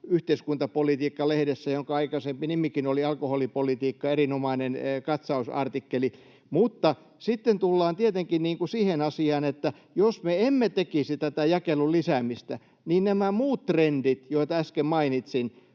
Yhteiskuntapolitiikka-lehdessä, jonka aikaisempi nimikin oli Alkoholipolitiikka, erinomainen katsausartikkeli. Mutta sitten tullaan tietenkin siihen asiaan, että jos me emme tekisi tätä jakelun lisäämistä, niin näiden muiden trendien vaikutuksesta, joita äsken mainitsin,